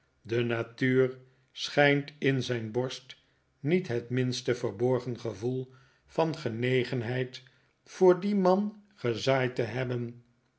de natuur schijnt in zijn borst niet het minste verborgen gevoel van genegenheid voor dien man gezaaid te hebben